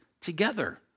together